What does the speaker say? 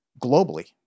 globally